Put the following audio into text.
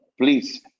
please